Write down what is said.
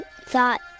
thought